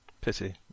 Pity